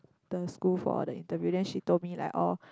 the school for the interview then she told me like orh